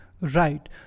Right